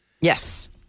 Yes